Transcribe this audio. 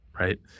right